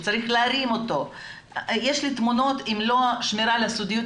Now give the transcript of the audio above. שצריך להרים אותו - יש לי תמונות ואם לא הייתה שמירה על הסודיות,